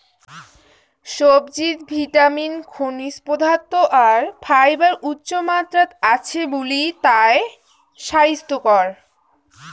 সবজিত ভিটামিন, খনিজ পদার্থ আর ফাইবার উচ্চমাত্রাত আছে বুলি তায় স্বাইস্থ্যকর